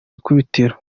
ikubitiro